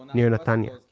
near netanya.